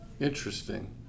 Interesting